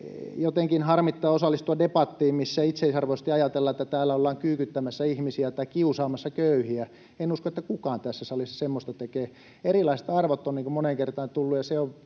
jotenkin harmittaa osallistua debattiin, missä itseisarvoisesti ajatellaan, että täällä ollaan kyykyttämässä ihmisiä tai kiusaamassa köyhiä. En usko, että kukaan tässä salissa semmoista tekee. Erilaiset arvot on, niin kuin moneen kertaan on tullut,